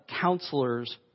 counselors